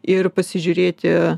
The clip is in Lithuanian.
ir pasižiūrėti